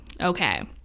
Okay